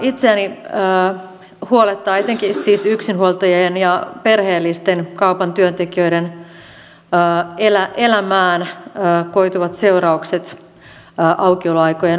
itseäni huolettavat etenkin siis yksinhuoltajien ja perheellisten kaupan työntekijöiden elämään koituvat seuraukset aukioloaikojen vapauttamisen myötä